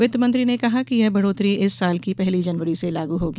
वित्त मंत्री ने कहा कि यह बढ़ोतरी इस साल की पहली जनवरी से लागू होंगी